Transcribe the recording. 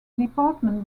department